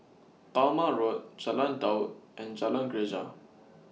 Talma Road Jalan Daud and Jalan Greja